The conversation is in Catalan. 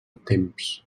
temps